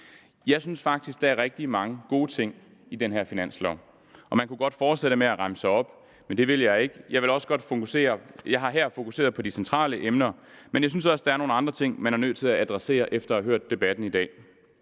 Jeg synes faktisk, der er rigtig mange gode ting i den her finanslov, og jeg kunne godt fortsætte med at remse op, men det vil jeg ikke. Jeg har her fokuseret på de centrale emner, men jeg synes også, at der er nogle andre ting, man er nødt til at adressere efter at have hørt debatten i dag,